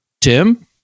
Tim